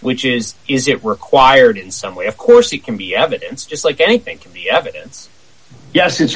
which is is it required in some way of course it can be evidence just like anything can be evidence yes i